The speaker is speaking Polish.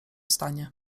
stanie